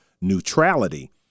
neutrality